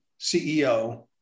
CEO